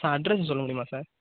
sir address சொல்ல முடியுமா sir